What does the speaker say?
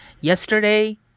Yesterday